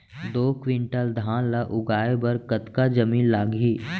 दो क्विंटल धान ला उगाए बर कतका जमीन लागही?